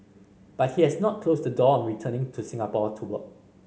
but he has not closed the door on returning to Singapore to work